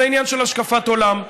זה עניין של השקפת עולם.